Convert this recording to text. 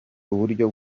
uburyo